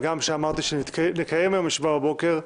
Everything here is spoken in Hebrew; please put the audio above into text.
הגם שאמרתי שנקיים היום בבוקר ישיבה,